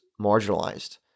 marginalized